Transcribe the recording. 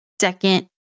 second